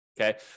Okay